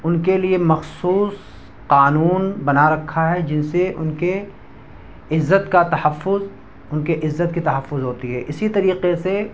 ان کے لیے مخصوص قانون بنا رکھا ہے جن سے ان کے عزت کا تحفظ ان کے عزت کی تحفظ ہوتی ہے اسی طریقے سے